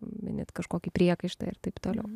mini kažkokį priekaištą ir taip toliau